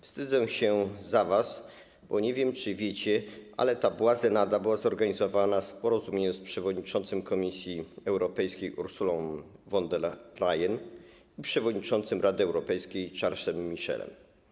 Wstydzę się za was, bo nie wiem, czy wiecie, że ta błazenada była zorganizowana w porozumieniu z przewodniczą Komisji Europejskiej Ursulą von der Leyen i przewodniczącym Rady Europejskiej Charlesem Michelem.